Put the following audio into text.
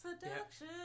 seduction